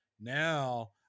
Now